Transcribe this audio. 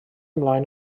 ymlaen